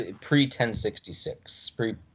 pre-1066